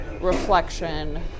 reflection